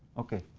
ok.